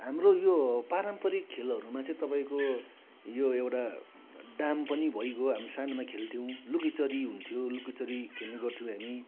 हाम्रो यो पारम्परिक खेलहरूमा चाहिँ तपाईँको यो एउटा डाम पनि भइगयो हामी सानोमा खेल्थ्यौँ लुकीचोरी हुन्थ्यो लुकीचोरी खेल्ने गर्थ्यौँ हामी